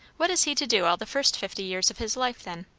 what is he to do all the first fifty years of his life then?